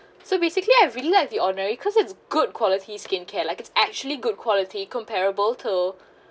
so basically I really like the ordinary cause it's good quality skincare like it's actually good quality comparable to